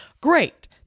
great